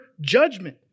judgment